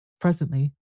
Presently